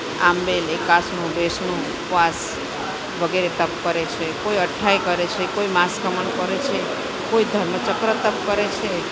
આંબેલે કાસણું બેસણું ઉપવાસ વગેરે તપ કરે છે કોઈ અઠ્ઠાઈ કરે છે કોઈ માસ ગમણ કરે છે કોઈ ધર્મચક્ર તપ કરે છે